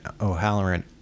O'Halloran